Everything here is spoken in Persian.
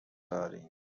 داریم